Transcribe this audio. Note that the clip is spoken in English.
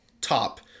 top